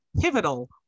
pivotal